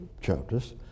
chapters